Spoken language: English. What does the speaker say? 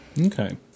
Okay